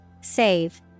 Save